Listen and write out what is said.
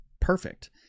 Perfect